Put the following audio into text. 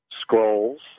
scrolls